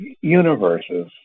universes